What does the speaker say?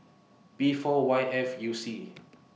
B four Y F U C